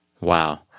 Wow